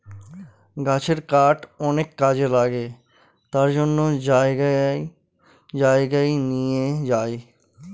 গাছের কাঠ অনেক কাজে লাগে তার জন্য জায়গায় জায়গায় নিয়ে যায়